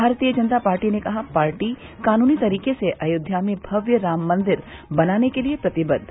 भारतीय जनता पार्टी ने कहा पार्टी कानूनी तरीके से अयोध्या में भव्य राममंदिर बनाने को प्रतिबद्द